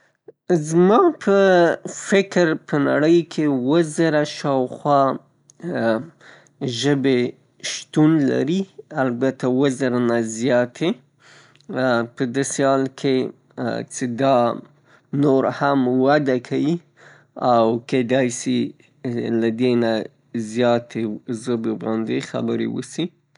زما په فکر په نړی کې اووه زره شاوخوا ژبې شتون لري ، البته اووه زره نه زیاتې، په داسې حال کې څه دا نور هم وده کیي او کیدای سي له دې نه زیاتې زبې باندې خبرې وسي.